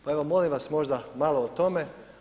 Pa evo molim vas možda malo o tome.